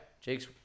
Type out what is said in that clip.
jake's